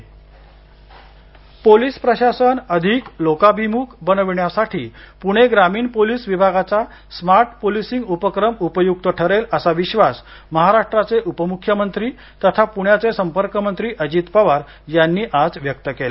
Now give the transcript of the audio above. रमार्ट policing police प्रशासन अधिक लोकाभिमुख बनविण्यासाठी पुणे ग्रामीण पोलीस विभागाचा स्मार्ट पोलीसींग उपक्रम उपयुक्त ठरेल असा विश्वास महाराष्ट्राचे उपमुख्यमंत्री तथा पुण्याचे संपर्कमंत्री अजित पवार यांनी आज व्यक्त केला